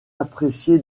apprécié